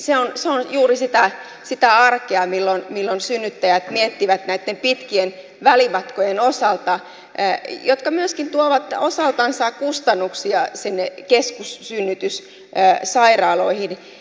se on juuri sitä arkea mitä synnyttäjät miettivät näitten pitkien välimatkojen osalta jotka myöskin tuovat osaltansa kustannuksia sinne keskussynnytyssairaaloihin